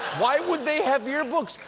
why would they have yearbooks?